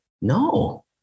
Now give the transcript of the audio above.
no